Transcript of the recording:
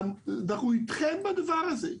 אנחנו אתכם בדבר הזה.